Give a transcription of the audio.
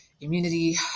immunity